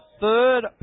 third